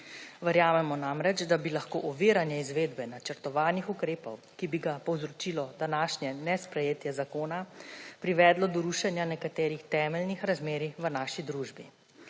Verjamemo namreč, da bi lahko oviranje izvedbe načrtovanih ukrepov, ki bi ga povzročilo današnje nesprejetje zakona, privedlo do rušenja nekaterih temeljnih razmerij v naši družbi.